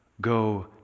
go